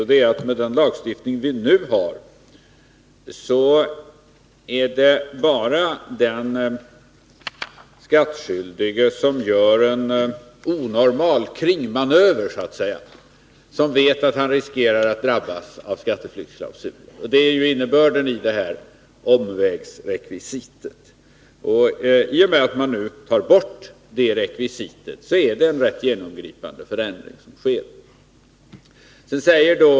I den nuvarande lagstiftningen är det bara den skattskyldige som gör en så att säga onormal kringmanöver som riskerar att drabbas av skatteflyktsklausulen. Det är innebörden i detta omvägsrekvisit. I och med att det nu tas bort sker det en genomgripande förändring.